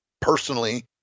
personally